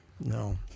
No